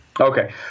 Okay